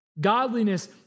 Godliness